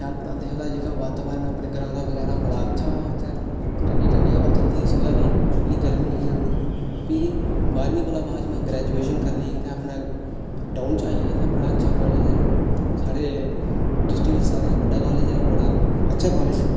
शैल पढांदे हे ओह्दा जेह्का वातावरण अपने ग्रांऽ दा बगैरा बड़ा अच्छा हा उत्थें ठंडी ठंडी् हवा चलदी सोहै बी इ'न्नी गर्मी निं लगदी ही भी बारहमीं कोला बाद में ग्रैजुएशन करने ई इत्थें टाऊन च आई जा इत्थें बड़ा अच्छा कॉलेज ऐ साढ़े टिस्ट्रिकट च सारें शा बड्डा कॉलेज ऐ बड़ा अच्छा कॉलेज ऐ